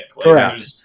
Correct